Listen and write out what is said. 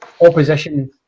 Opposition